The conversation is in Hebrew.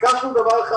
ביקשנו דבר אחד.